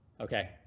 okay